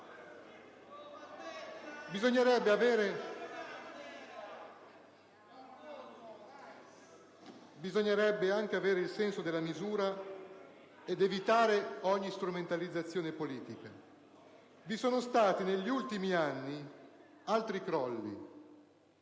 Bisognerebbe anche avere il senso della misura ed evitare ogni strumentalizzazione politica. Vi sono stati negli ultimi anni altri crolli,